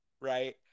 right